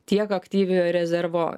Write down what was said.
tiek aktyviojo rezervo